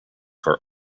were